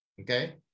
okay